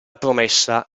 promessa